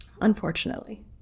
unfortunately